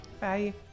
Bye